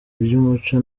by’umuco